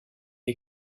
est